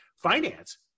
Finance